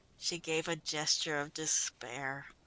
she gave a gesture of despair.